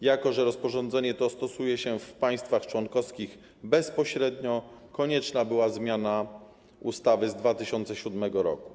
Jako że rozporządzenie to stosuje się w państwach członkowskich bezpośrednio, konieczna była zmiana ustawy z 2007 r.